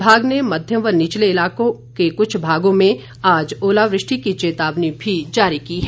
विभाग ने मध्यम व निचले इलाकों के कुछ भागों में आज ओलावृष्टि की चेतावनी भी जारी की है